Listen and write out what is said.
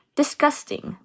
disgusting